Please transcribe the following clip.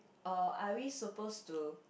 or are we supposed to